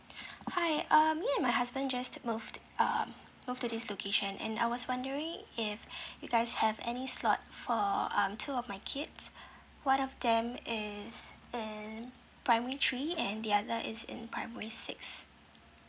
hi um me and my husband just moved um moved to this location and I was wondering if you guys have any slot for um two of my kids one of them is in primary three and the other is in primary six